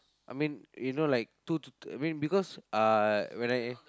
I mean you know like two t~ I mean because uh when I